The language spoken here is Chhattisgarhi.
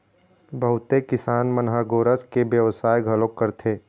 बहुते किसान मन ह गोरस के बेवसाय घलोक करथे